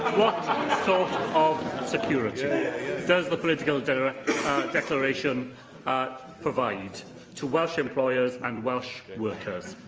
so of security does the political declaration provide to welsh employers and welsh workers,